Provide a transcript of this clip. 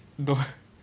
no eh